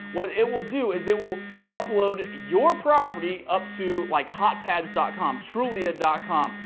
what it will do is it will upload your property up to like hotpads dot com trulia dot com,